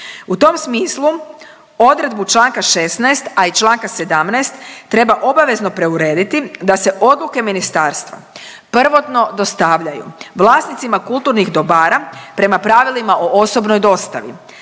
U tom smislu odredbu čl. 16., a i čl. 17. treba obavezno preurediti da se odluke ministarstva prvotno dostavljaju vlasnicima kulturnih dobara prema pravilima o osobnoj dostavi,